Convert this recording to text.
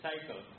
cycle